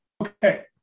Okay